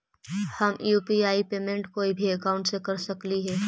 हम UPI payment कोई भी अकाउंट से कर सकली हे?